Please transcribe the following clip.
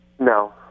No